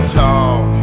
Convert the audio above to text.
talk